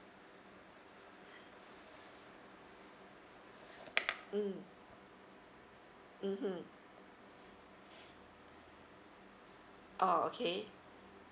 mm mmhmm oh okay